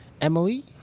Emily